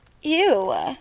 Ew